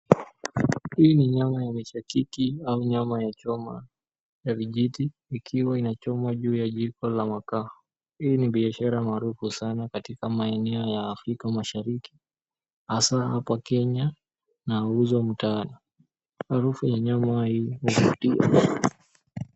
Hii ni nyama ya mishakiki au nyama choma, ya vijiti ikiwa inachomwa juu ya jiko la makaa. Hii ni biashara maarufu sana katika maeneo ya Afrika Mashariki, haswaa hapa Kenya, na huuzwa mtaani. Harufu ya nyama hii huvutia.